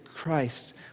Christ